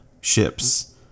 ships